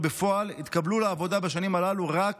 ובפועל התקבלו לעבודה בשנים הללו רק